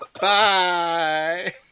bye